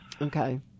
Okay